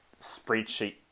spreadsheet